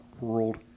World